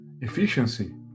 Efficiency